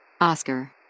Oscar